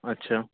अच्छा